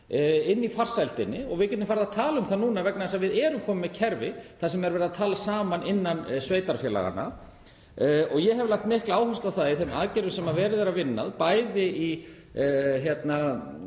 stigi í farsældarvinnunni. Við getum farið að tala um það núna vegna þess að við erum komin með kerfi þar sem verið er að tala saman innan sveitarfélaganna. Ég hef lagt mikla áherslu á það, í þeim aðgerðum sem verið er að vinna að, bæði í